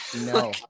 No